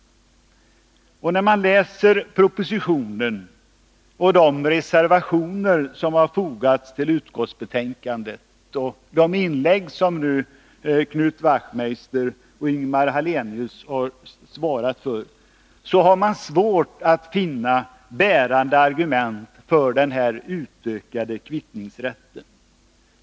När man läser propositionen och de reservationer som fogats till utskottsbetänkandet och hör de inlägg som Knut Wachtmeister och Ingemar Hallenius har svarat för, har man svårt att finna bärande argument för den ökade kvittningsrätten.